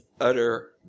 utter